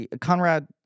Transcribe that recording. Conrad